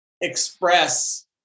express